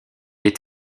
est